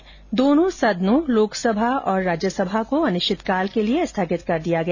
कल दोनों सदनों लोकसभा और राज्यसभा को अनिश्चित काल के लिए स्थगित कर दिया गया